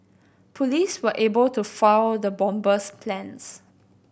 police were able to foil the bomber's plans